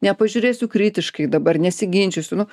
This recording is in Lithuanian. nepažiūrėsiu kritiškai dabar nesiginčysiu nu